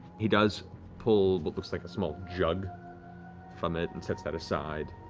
he does pull what looks like a small jug from it and sets that aside,